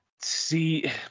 see